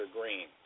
Green